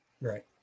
right